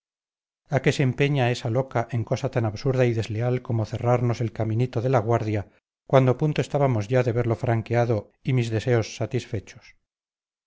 a qué se empeña esa loca en cosa tan absurda y desleal como cerrarnos el caminito de la guardia cuando a punto estábamos ya de verlo franqueado y mis deseos satisfechos